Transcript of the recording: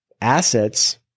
assets